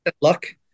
luck